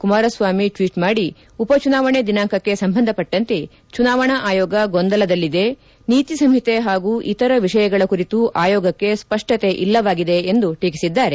Kumaraswamy tweet ಮಾಡಿ ಉಪಚುನಾವಣೆ ದಿನಾಂಕಕ್ಕೆ ಸಂಬಂಧಪಟ್ಟಂತೆ ಚುನಾವಣಾ ಆಯೋಗ ಗೊಂದಲದಲ್ಲಿದೆ ನೀತಿ ಸಂಹಿತೆ ಹಾಗೂ ಇತರ ವಿಷಯಗಳ ಕುರಿತು ಆಯೋಗಕ್ಕೆ ಸ್ಪಷ್ಟತೆ ಇಲ್ಲವಾಗಿದೆ ಎಂದು ಟೀಕಿಸಿದ್ದಾರೆ